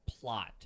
plot